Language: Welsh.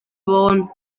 fôn